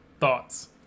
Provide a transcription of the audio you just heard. Thoughts